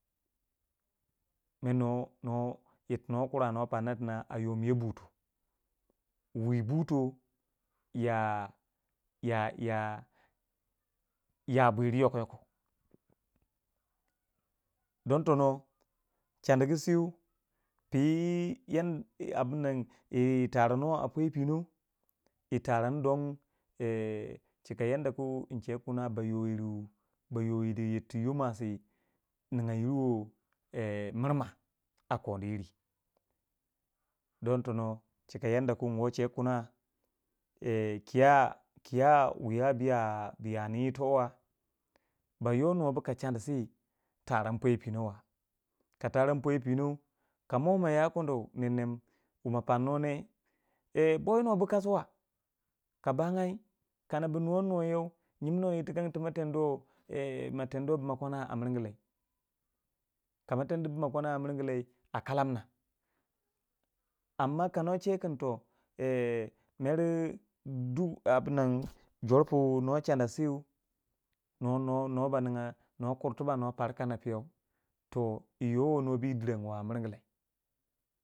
mer nor nor yirti nuwa kura nuwa parminyo pina a yominyo buto wu yi buto ya ya ya ya bwuri yoko yoko, don tono chandugu sei piyi yan abunnan tara nuwai a poyo pinon taran don chika yadda ku chegu kina ba yoyiru ba yoyir yiriti yo mwasi ningya yir wo murmaa koniyiri don tono chika yadda kun chegu kina kiya kiya wuya bu ya nin ba yo nuwa bu kachani sei taran itowa ka taran poyo pinon, ka mo mo ya kono nemnem wu mo panu ne yo woyi nuwa bu kasu wa ka bangyai kana bu nuwan nuwan yo nyiminuo irtikange ku mo tendu mwakana a miringi lai kana tendi mwakana a miringi lai a calamna amma ka no che kun toh. ee nerwu duk abunnan ner wi jor pu no chana sei nor nor nuwa ba ninga nuwa kur tubak nuwa par kana piyau yowi nuwa bu direngi ba a miringi lai.